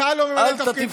אתה לא ממלא את תפקידך.